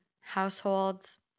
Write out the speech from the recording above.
households